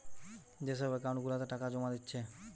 যে সব একাউন্ট গুলাতে টাকা জোমা দিচ্ছে